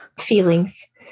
feelings